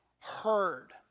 Heard